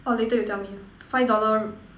oh later you tell me five dollar